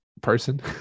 person